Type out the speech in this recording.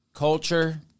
culture